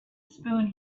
spoon